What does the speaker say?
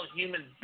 human